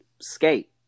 skate